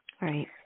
right